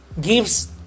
gives